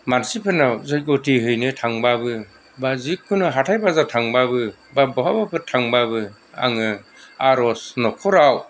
मानसिफोरनाव जैग'थि हैनो थांबाबो बा जिखुनु हाथाय बाजार थांबाबो बा बहाबाफोर थांबाबो आङो आर'ज न'खराव